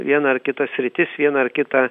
viena ar kita sritis viena ar kita